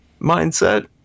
mindset